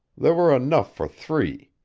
there were enough for three.